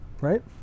right